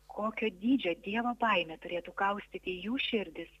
kokio dydžio dievo baimė turėtų kaustyti jų širdis